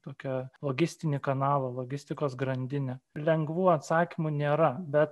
tokią logistinį kanalą logistikos grandinę lengvų atsakymų nėra bet